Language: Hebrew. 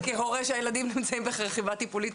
כהורה שהילדים שלי נמצאים ברכיבה טיפולית,